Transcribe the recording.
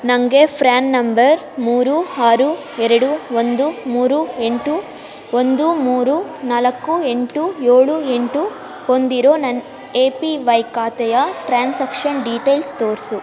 ನನಗೆ ಫ್ರ್ಯಾನ್ ನಂಬರ್ ಮೂರು ಆರು ಎರಡು ಒಂದು ಮೂರು ಎಂಟು ಒಂದು ಮೂರು ನಾಲ್ಕು ಎಂಟು ಏಳು ಎಂಟು ಹೊಂದಿರೋ ನನ್ನ ಎ ಪಿ ವೈ ಖಾತೆಯ ಟ್ರಾನ್ಸಕ್ಷನ್ ಡೀಟೇಲ್ಸ್ ತೋರಿಸು